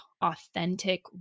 authentic